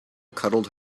cuddled